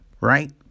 right